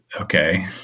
Okay